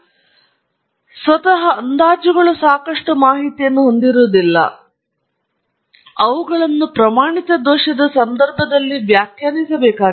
ಆದ್ದರಿಂದ ಅಂದಾಜುಗಳು ಸಹಜವಾಗಿ ನಾವು ಓದಬಹುದು ಸ್ವತಃ ಅಂದಾಜುಗಳು ಸಾಕಷ್ಟು ಮಾಹಿತಿಯನ್ನು ಹೊಂದಿರುವುದಿಲ್ಲ ಅವರು ಪ್ರಮಾಣಿತ ದೋಷದ ಸಂದರ್ಭದಲ್ಲಿ ವ್ಯಾಖ್ಯಾನಿಸಬೇಕಾಗಿದೆ